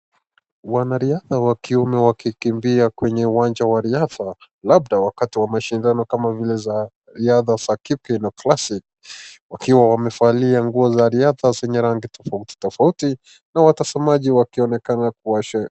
Wanariadha wa kiume wakikimbia kwenye uwanja wa riadha labda wakati wa mashindano kama vile riadha za Kipkeino Classic wakiwa wamevalia nguoza riadha zenye rangi tofauti n watazamaji wakionekana kuwasherekea.